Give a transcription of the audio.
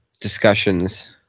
discussions